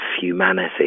humanity